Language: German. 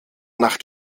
nach